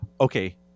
okay